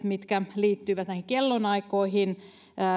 mitkä liittyvät näihin kellonaikoihin